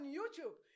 YouTube